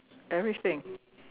everything